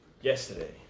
yesterday